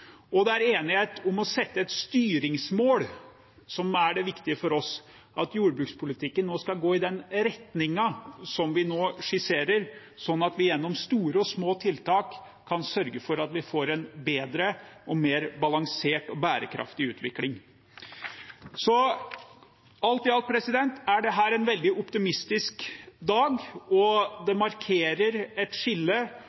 Og det er enighet om å sette et styringsmål, som er det viktige for oss, om at jordbrukspolitikken nå skal gå i den retningen som vi nå skisserer, sånn at vi gjennom store og små tiltak kan sørge for at vi får en bedre og mer balansert og bærekraftig utvikling. Alt i alt er dette en veldig optimistisk dag, og